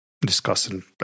discussing